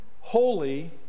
holy